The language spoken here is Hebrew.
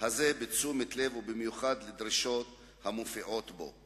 הזה בתשומת לב, ובמיוחד לדרישות המופיעות בו.